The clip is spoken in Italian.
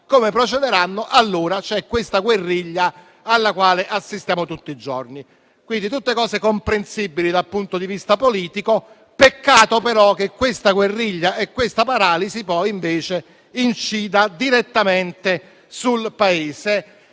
e il premierato, dall'altra - ci sarà la guerriglia alla quale assistiamo tutti i giorni. Sono tutte cose comprensibili dal punto di vista politico, peccato però che questa guerriglia e questa paralisi incidano direttamente sul Paese.